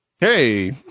Hey